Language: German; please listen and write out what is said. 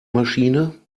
maschine